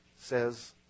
says